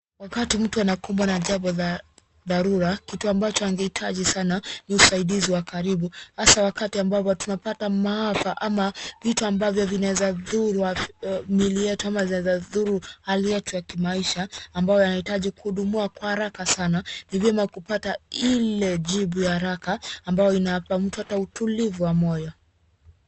Wakati mtu anakumbwa na jambo la dharura kitu ambacho angehitaji sana ni usaidizi wakaribu hasa wakati ambapo unapata maafa ama vitu ambavyo vinaeza dhuru miili yetu ama vinaeza dhuru hali yetu wa maisha ambayo yanahitaji kuhudumiwa kwa haraka sana. Ni vyema kupata ile jibu ya haraka ambayo inampa mtu hata utulivu wa moyo.